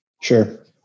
Sure